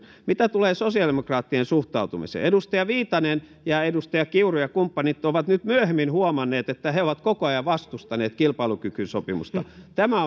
mitä tulee sosiaalidemokraattien suhtautumiseen edustaja viitanen ja edustaja kiuru ja kumppanit ovat nyt myöhemmin huomanneet että he ovat koko ajan vastustaneet kilpailukykysopimusta tämä